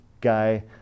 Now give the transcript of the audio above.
guy